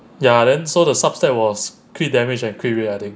ya then so the sub stat was crit damage and crit rate I think